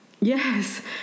Yes